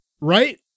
Right